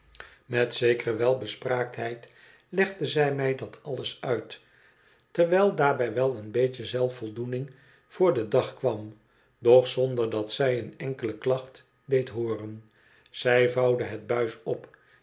met zekere welbespraaktheid legde z m j dat alles uit terwijl daarbij wel een beetje zelfvoldoening voor den dag kwam doch zonder dat zij een enkele klacht deed hooren zij vouwde het buis op